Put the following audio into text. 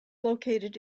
located